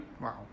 wow